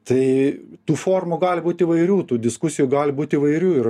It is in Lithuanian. tai tų formų gali būt įvairių tų diskusijų gali būt įvairių ir